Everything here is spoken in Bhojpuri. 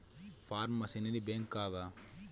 फार्म मशीनरी बैंक का बा?